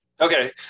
Okay